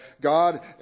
God